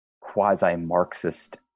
quasi-Marxist